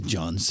John